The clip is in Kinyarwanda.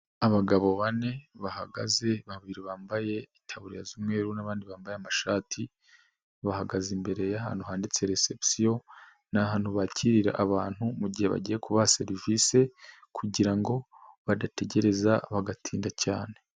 Abagabo bane bahagaze babiri bambaye itabuzu umwe nabandi bambaye amashati, bahagaze imbere'ahantu handitse reseption, ni ahantu bakirira abantu mugihe bagiye kubaha serivisi, kugirango badategereza bagatinda cyane.